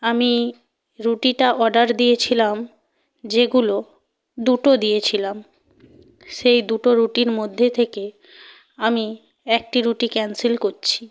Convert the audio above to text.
আমি রুটিটাঅর্ডার দিয়েছিলাম যেগুলো দুটো দিয়েছিলাম সেই দুটো রুটির মধ্যে থেকে আমি একটি রুটি ক্যান্সেল করছি